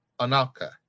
Anaka